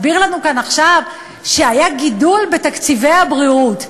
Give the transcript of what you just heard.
הרי הוא הסביר לנו כאן עכשיו שהיה גידול בתקציבי הבריאות.